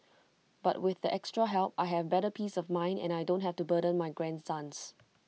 but with the extra help I have better peace of mind and I don't have to burden my grandsons